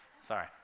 Sorry